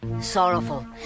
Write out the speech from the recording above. Sorrowful